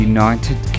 United